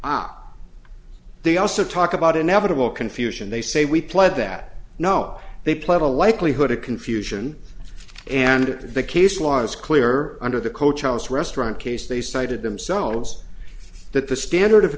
ah they also talk about inevitable confusion they say we played that no they played a likelihood of confusion and the case law is clear under the coach house restaurant case they cited themselves that the standard of